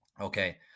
okay